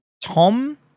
Tom